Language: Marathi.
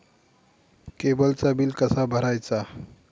केबलचा बिल कसा भरायचा?